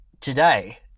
today